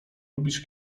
lubisz